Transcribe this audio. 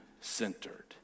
centered